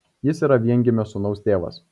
jis yra viengimio sūnaus tėvas